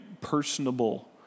personable